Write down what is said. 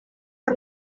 per